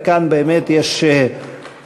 וכאן באמת יש קואליציה,